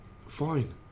Fine